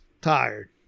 tired